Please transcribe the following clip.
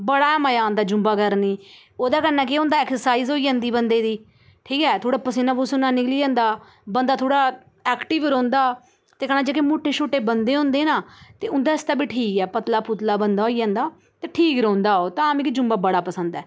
बड़ा मजा आंदा जुम्बा करने ई ओह्दे कन्नै केह् होंदा एक्सरसाइज होई जंदी बंदे दी ठीक ऐ थोह्ड़ा पसीना पसूना निकली जंदा बंदा थोह्ड़ा एक्टिव रौह्ंदा ते कन्नै जेह्के मुट्टे छुट्टे बंदे होंदे ना ते उं'दे आस्तै बी ठीक ऐ पतला पुतला बंदा होई जंदा ते ठीक रौह्ंदा ओह् तां मिगी ज़ुम्बा बड़ा पसंद ऐ